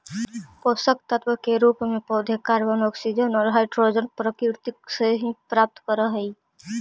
पोषकतत्व के रूप में पौधे कॉर्बन, ऑक्सीजन और हाइड्रोजन प्रकृति से ही प्राप्त करअ हई